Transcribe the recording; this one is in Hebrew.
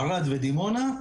ערד ודימונה,